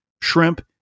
shrimp